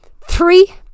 three